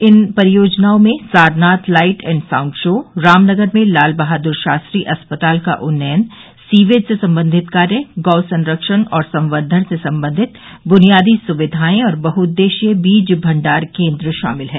इन परियोजनाओं में Sarnath light and sound show Ram Nagar में लाल बहाद्र शास्त्री अस्पताल का उन्नयन सीवेज से संबंधित कार्य गौ संरक्षण और संवर्धन से संबंधित बुनियादी सुविधाएं और बहु उद्देश्यीय बीज भंडार केन्द्र शामिल हैं